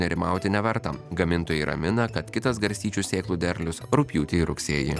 nerimauti neverta gamintojai ramina kad kitas garstyčių sėklų derlius rugpjūtį ir rugsėjį